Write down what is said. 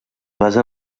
basa